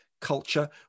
culture